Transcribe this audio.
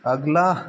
अगला